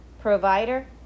provider